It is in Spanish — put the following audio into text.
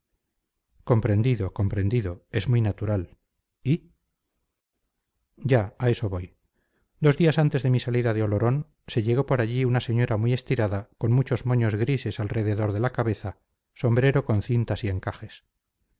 comprendido comprendido es muy natural y ya a eso voy dos días antes de mi salida de olorón se llegó por allí una señora muy estirada con muchos moños grises alrededor de la cabeza sombrero con cintas y encajes